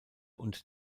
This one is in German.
und